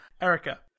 Erica